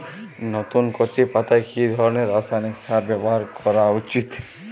নতুন কচি পাতায় কি ধরণের রাসায়নিক সার ব্যবহার করা উচিৎ?